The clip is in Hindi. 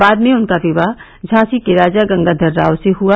बाद में उनका विवाह झांसी के राजा गंगाधर राव से हुआ